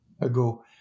ago